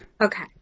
Okay